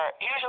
usually